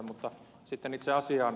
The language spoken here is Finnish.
mutta sitten itse asiaan